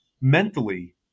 mentally